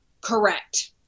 Correct